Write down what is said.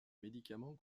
médicament